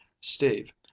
Steve